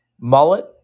Mullet